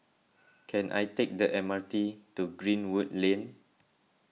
can I take the M R T to Greenwood Lane